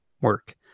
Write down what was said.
work